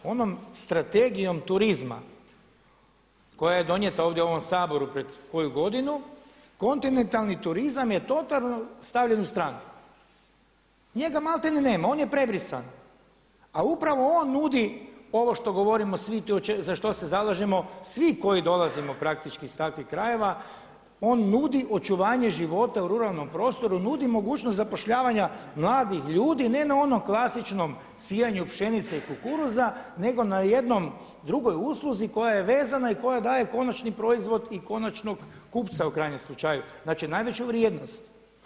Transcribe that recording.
Onom Strategijom turizma koja je donijeta ovdje u ovom Saboru pred koju godinu kontinentalni turizam je totalno stavljen u stranku, njega maltene ni nema, on je prebrisan a upravo on nudi ovo što govorimo svi, za što se zalažemo svi koji dolazimo praktički iz takvih krajeva, on nudi očuvanje života u ruralnom prostoru, nudi mogućnost zapošljavanja mladih ljudi, ne na onom klasičnom sijanju pšenice i kukuruza nego na jednoj drugoj usluzi koja je vezana i koja daje konačni proizvod i konačnog kupca u krajnjem slučaju, znači najveću vrijednost.